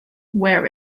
wear